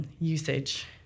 usage